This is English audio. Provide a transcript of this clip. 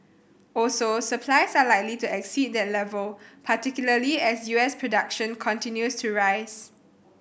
also supplies are likely to exceed that level particularly as U S production continues to rise